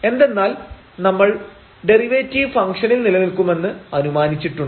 എന്തെന്നാൽ നമ്മൾ ഡെറിവേറ്റീവ് ഫംഗ്ഷനിൽ നിലനിൽക്കുമെന്ന് അനുമാനിച്ചിട്ടുണ്ട്